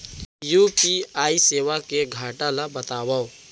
UPI सेवा के घाटा ल बतावव?